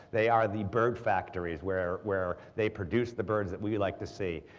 they are the bird factories where where they produce the birds that we like to see,